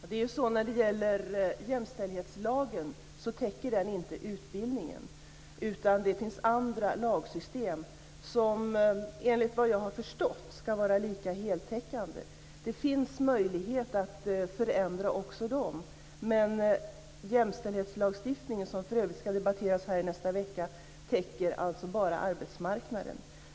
Herr talman! Jämställdhetslagen täcker inte utbildningen. Det finns andra lagsystem som, enligt vad jag har förstått, ska vara lika heltäckande. Det finns möjlighet att förändra också dem. Men jämställdhetslagstiftningen, som för övrigt ska debatteras här i nästa vecka, täcker bara arbetsmarknaden.